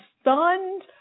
stunned